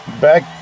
Back